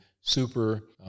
super